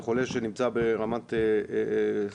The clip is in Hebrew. זה חולה שנמצא ברמת סטורציה,